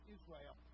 Israel